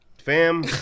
Fam